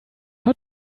hat